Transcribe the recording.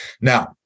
Now